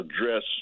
address